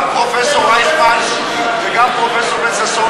גם פרופסור רייכמן וגם פרופסור בן-ששון